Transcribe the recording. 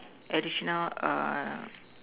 additional err